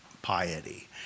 Piety